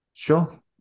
Sure